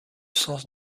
sens